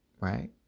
Right